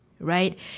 right